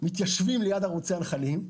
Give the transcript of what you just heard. מתיישבים ליד ערוצי הנחלים,